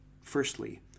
Firstly